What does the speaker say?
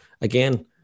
again